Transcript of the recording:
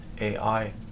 AI